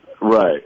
Right